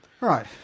right